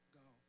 go